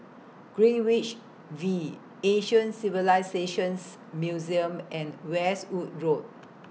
Greenwich V Asian Civilisations Museum and Westwood Road